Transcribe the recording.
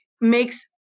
makes